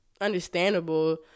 understandable